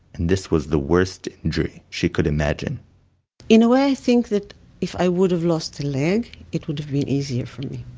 and this was the worst injury she could imagine in a way i think that if i would have lost a leg, it would have been easier for me.